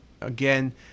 Again